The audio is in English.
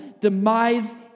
Demise